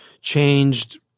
changed